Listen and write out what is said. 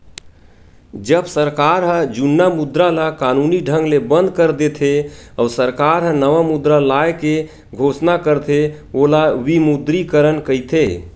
जब सरकार ह जुन्ना मुद्रा ल कानूनी ढंग ले बंद कर देथे, अउ सरकार ह नवा मुद्रा लाए के घोसना करथे ओला विमुद्रीकरन कहिथे